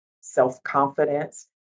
self-confidence